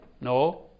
No